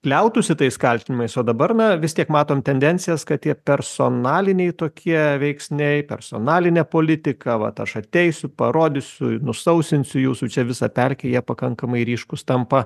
liautųsi tais kaltinimais o dabar na vis tiek matom tendencijas kad tie personaliniai tokie veiksniai personalinė politika vat aš ateisiu parodysiu nusausinsiu jūsų čia visą pelkę jie pakankamai ryškūs tampa